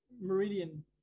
meridian